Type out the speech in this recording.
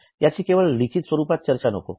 याची केवळ लिखित स्वरूपात चर्चा नको